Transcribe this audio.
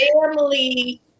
family